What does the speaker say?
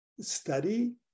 study